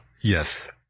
Yes